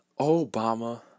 Obama